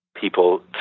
people